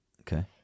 Okay